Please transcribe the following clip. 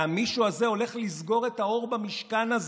והמישהו הזה הולך לסגור את האור במשכן הזה.